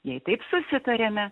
jei taip susitarėme